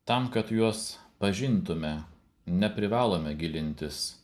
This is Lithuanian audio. tam kad juos pažintume neprivalome gilintis